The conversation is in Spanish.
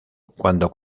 cuando